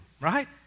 right